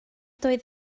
doedd